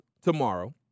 tomorrow